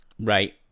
Right